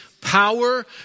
power